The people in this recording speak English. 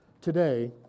today